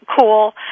cool